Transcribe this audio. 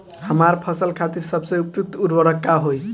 हमार फसल खातिर सबसे उपयुक्त उर्वरक का होई?